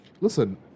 listen